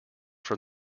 from